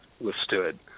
withstood